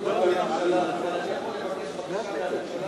יכול לבקש בקשה מהממשלה?